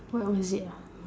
what was it ah